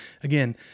again